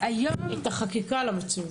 החקיקה למציאות.